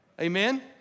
Amen